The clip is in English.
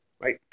right